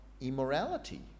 immorality